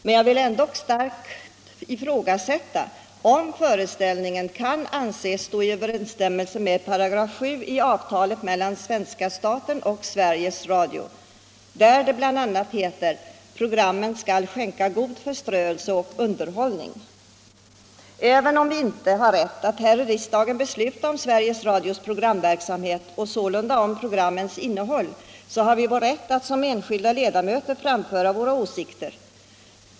Men jag vill ändå starkt ifrågasätta om denna föreställning kan anses stå i överensstämmelse med § 7 i avtalet mellan svenska staten och Sveriges Radio, där det bl.a. heter: ”Programmen skall skänka god förströelse och underhållning.” Även om vi inte har rätt att här i riksdagen besluta om Sveriges Radios programverksamhet och sålunda om programmens innehåll, har vi vår rätt att som enskilda ledamöter framföra våra åsikter.